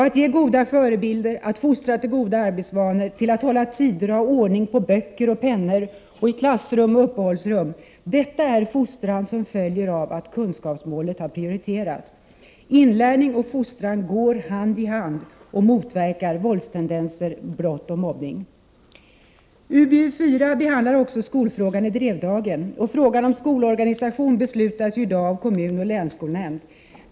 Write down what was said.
Att ge goda förebilder, att fostra till goda arbetsvanor, till att hålla tider och ha ordning på sina böcker och pennor och i klassrum och uppehållsrum — detta är fostran som följer av att kunskapsmålet har prioriterats. Inlärning och fostran går hand i hand och motverkar våldstendenser, brott och mobbning. Frågan om skolorganisation beslutas i dag av kommun och länsskolnämnd.